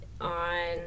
on